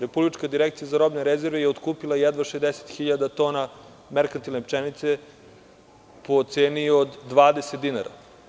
Republička direkcija za robne rezerve je otkupila jedva 60.000 tona merkantilne pšenice po ceni od 20 dinara.